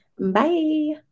Bye